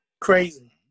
Crazy